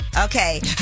Okay